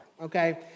okay